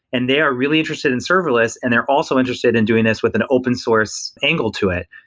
and they are really interested in serverless and they're also interested in doing this with an open source angle to it.